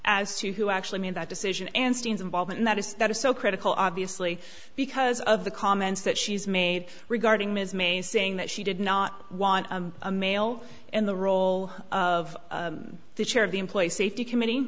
as to who actually made that decision and steams involvement in that is that is so critical obviously because of the comments that she's made regarding ms mays saying that she did not want a male in the role of the chair of the employee safety committee